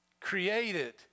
Created